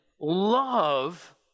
love